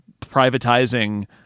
privatizing